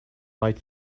like